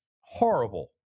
horrible